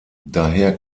daher